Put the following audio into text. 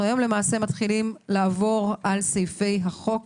אנחנו היום למעשה מתחילים לעבור על סעיפי החוק